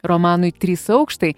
romanui trys aukštai